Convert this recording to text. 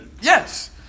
Yes